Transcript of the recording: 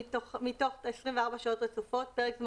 " הנוהג נהיגה בין-לאומית לא יחרוג מפרקי זמן